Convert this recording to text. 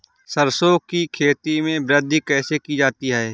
सरसो की खेती में वृद्धि कैसे की जाती है?